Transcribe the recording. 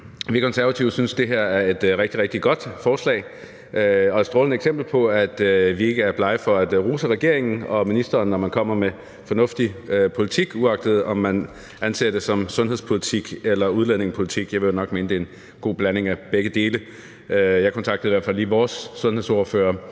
Vi Konservative synes, det her er et rigtig, rigtig godt forslag og et strålende eksempel på, at vi ikke er blege for at rose regeringen og ministeren, når man kommer med fornuftig politik, uanset om man ser det som sundhedspolitik eller udlændingepolitik – jeg vil jo nok mene, at det er en god blanding af begge dele. Jeg kontaktede i hvert fald lige vores sundhedsordfører